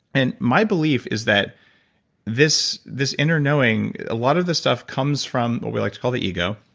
and my belief is that this this inner knowing, a lot of the stuff comes from what we like to call the ego.